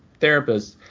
therapists